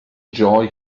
joy